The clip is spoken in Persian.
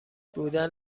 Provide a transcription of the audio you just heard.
بودن